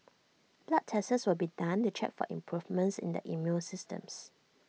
blood tests will be done to check for improvements in their immune systems